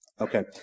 Okay